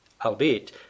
albeit